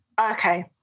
Okay